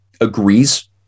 agrees